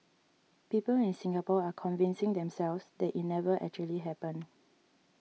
people in Singapore are convincing themselves that it never actually happened